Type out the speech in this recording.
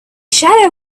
shadow